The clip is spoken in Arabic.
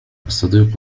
الصديق